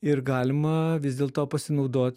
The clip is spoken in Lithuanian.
ir galima vis dėlto pasinaudot